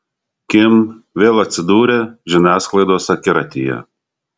kim vėl atsidūrė žiniasklaidos akiratyje